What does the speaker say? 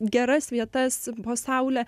geras vietas po saule